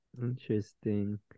Interesting